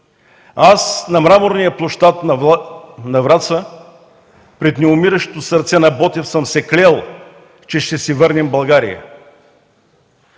На мраморния площад на Враца пред неумиращото сърце на Ботев съм се клел, че ще си върнем България!